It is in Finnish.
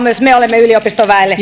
myös yliopistoväelle